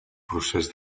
procés